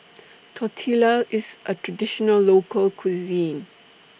Tortillas IS A Traditional Local Cuisine